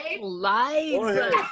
Lies